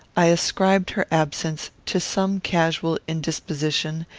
i ascribed her absence to some casual indisposition,